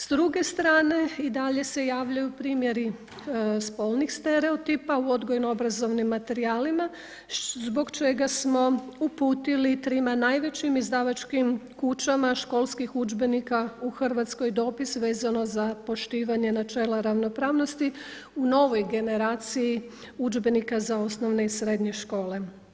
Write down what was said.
S druge strane i dalje se javljaju primjeri spolnih stereotipa u odgojno obrazovnim materijalima zbog čega smo uputili trima najvećim izdavačkim kućama školskih udžbenika u Hrvatskoj dopis za poštivanje načela ravnopravnosti u novoj generaciji udžbenika za osnovne i srednje škole.